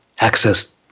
access